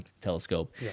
telescope